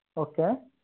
okay